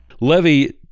Levy